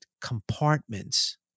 compartments